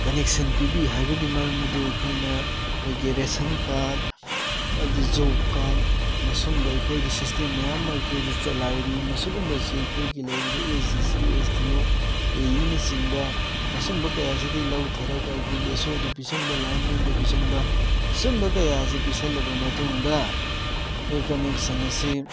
connection ꯄꯤꯕꯤ ꯍꯥꯏꯕꯒꯤ ꯃꯔꯝ ꯑꯗꯨ ꯑꯩꯈꯣꯏꯅ ꯑꯩꯈꯣꯏꯒꯤ ꯔꯦꯁꯟ ꯀꯥꯔꯠ ꯑꯗꯩ ꯖꯣꯕ ꯀꯥꯔꯠ ꯃꯁꯨꯝꯕ ꯑꯩꯈꯣꯏꯗ ꯁꯤꯁꯇꯦꯝ ꯃꯌꯥꯝ ꯑꯃ ꯑꯩꯈꯣꯏꯗ ꯆꯂꯥꯏꯔꯤ ꯃꯁꯤꯒꯨꯝꯕꯁꯤ ꯑꯩꯈꯣꯏꯒꯤ ꯂꯩꯔꯤꯕ S D C S D O A E ꯆꯤꯡꯕ ꯃꯁꯨꯝꯕ ꯀꯌꯥ ꯁꯤꯗꯒꯤ ꯂꯧꯊꯔꯒ ꯑꯩꯈꯣꯏꯒꯤ ꯑꯦꯁ ꯑꯣꯗ ꯄꯤꯁꯤꯟꯕ ꯂꯥꯏꯟꯃꯦꯟꯗ ꯄꯤꯁꯟꯕ ꯁꯨꯝꯕ ꯀꯌꯥ ꯑꯁꯤ ꯄꯤꯁꯜꯂꯕ ꯃꯇꯨꯡꯗ ꯑꯩꯈꯣꯏ ꯀꯟꯅꯦꯛꯁꯟ ꯑꯁꯤ